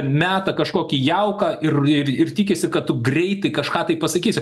meta kažkokį jauką ir ir tikisi kad tu greitai kažką tai pasakysi